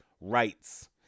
rights